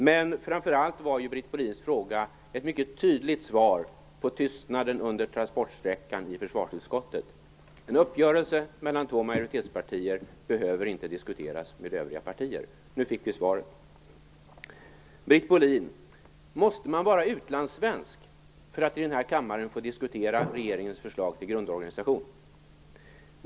Men framför allt var Britt Bohlins fråga ett mycket tydligt svar på tystnaden under transportsträckan i försvarsutskottet - en uppgörelse mellan två majoritetspartier behöver inte diskuteras med övriga partier. Nu fick vi svaret. Britt Bohlin, måste man vara utlandssvensk för att i denna kammare få diskutera regeringens förslag till grundorganisation?